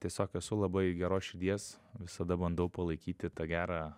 tiesiog esu labai geros širdies visada bandau palaikyti tą gerą